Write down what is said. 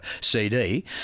CD